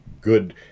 good